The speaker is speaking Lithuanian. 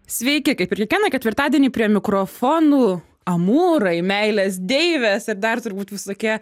sveiki kaip ir kiekvieną ketvirtadienį prie mikrofonų amūrai meilės deivės ir dar turbūt visokie